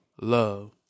love